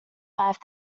five